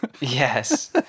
Yes